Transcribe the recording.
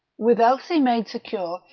with elsie made secure,